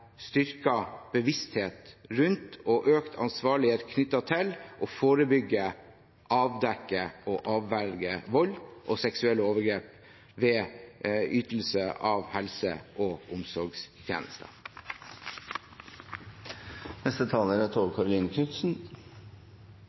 styrket bevissthet rundt og økt ansvarlighet knyttet til å forebygge, avdekke og avverge vold og seksuelle overgrep ved ytelse av helse- og omsorgstjenester. Dette representantforslaget fra Arbeiderpartiet adresserer et viktig problem som på mange måter fremdeles er